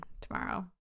tomorrow